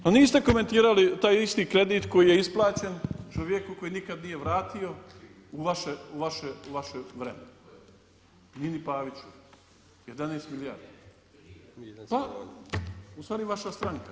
Pa niste komentirali taj isti kredit koji je isplaćen čovjeku koji nikad nije vratio u vaše vrijeme, Nini Paviću 11 milijardi, ustvari vaša stranka.